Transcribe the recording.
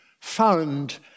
found